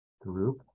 group